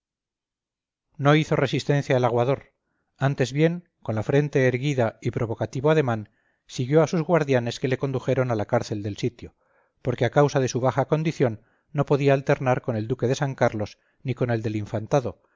no hizo resistencia el aguador antes bien con la frente erguida y provocativo ademán siguió a sus guardianes que le condujeron a la cárcel del sitio porque a causa de su baja condición no podía alternar con el duque de san carlos ni con el del infantado